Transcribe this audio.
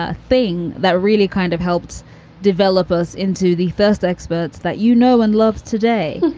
ah thing that really kind of helped develop us into the first experts that you know and love today.